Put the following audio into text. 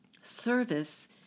Service